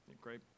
great